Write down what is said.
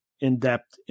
in-depth